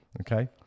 Okay